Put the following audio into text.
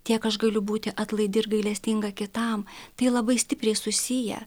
tiek aš galiu būti atlaidi ir gailestinga kitam tai labai stipriai susiję